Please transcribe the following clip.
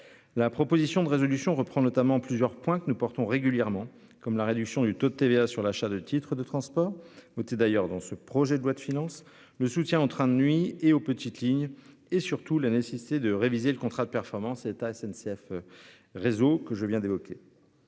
La proposition de résolution reprend notamment plusieurs points que nous portons régulièrement comme la réduction du taux de TVA sur l'achat de titres de transport. D'ailleurs dans ce projet de loi de finances. Le soutien en train de nuit et aux petites lignes et surtout la nécessité de réviser le contrat de performance est à SNCF. Réseau que je viens d'évoquer.